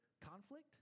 conflict